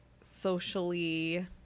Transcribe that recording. socially